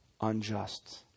unjust